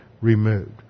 removed